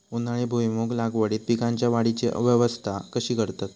उन्हाळी भुईमूग लागवडीत पीकांच्या वाढीची अवस्था कशी करतत?